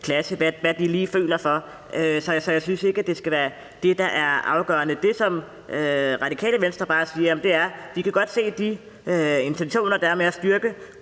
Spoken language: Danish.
klasse, hvad de lige føler for. Så jeg synes ikke, at det skal være det, der er afgørende. Det, som Radikale Venstre bare siger, er: Vi kan godt se de intentioner, der er med at styrke